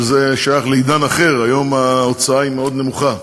שזה שייך לעידן אחר, והיום ההוצאה היא מאוד נמוכה,